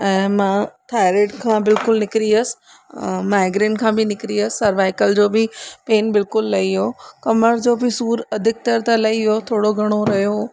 ऐं मां थाइरोइड खां बिल्कुलु निकिरी वियसि माइग्रेन खां बि निकिरी वियसि सर्वाइकल जो बि पेन बिल्कुलु लही वियो कमर जो बि सूरु अधिकतर त लही वियो थोरो घणो रहियो